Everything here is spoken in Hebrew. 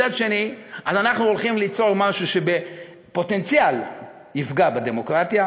אנחנו הולכים ליצור משהו שבפוטנציאל יפגע בדמוקרטיה,